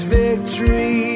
victory